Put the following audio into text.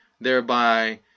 thereby